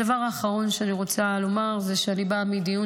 הדבר האחרון שאני רוצה לומר הוא שאני באה מדיון